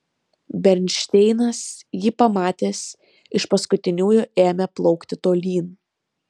bernšteinas jį pamatęs iš paskutiniųjų ėmė plaukti tolyn